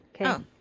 Okay